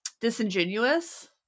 disingenuous